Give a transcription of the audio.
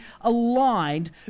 aligned